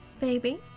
Baby